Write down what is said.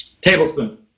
tablespoon